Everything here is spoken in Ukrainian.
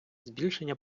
збільшення